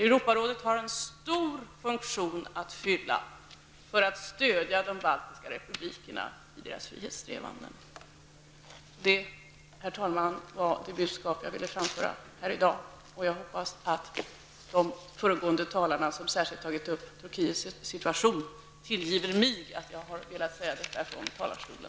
Europarådet har en stor funktion att fylla för att stödja de baltiska republikerna i deras frihetssträvanden. Herr talman! Det var det budskap jag ville framföra i dag. Jag hoppas att de föregående talarna som särskilt har tagit upp frågan om Turkiets situation tillgiver mig att jag har velat säga detta från talarstolen.